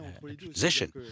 transition